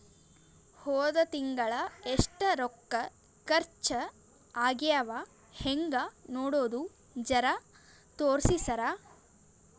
ಹೊದ ತಿಂಗಳ ಎಷ್ಟ ರೊಕ್ಕ ಖರ್ಚಾ ಆಗ್ಯಾವ ಹೆಂಗ ನೋಡದು ಜರಾ ತೋರ್ಸಿ ಸರಾ?